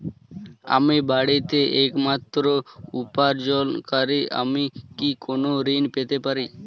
আমি বাড়িতে একমাত্র উপার্জনকারী আমি কি কোনো ঋণ পেতে পারি?